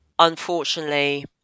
unfortunately